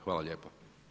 Hvala lijepa.